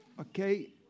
Okay